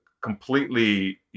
completely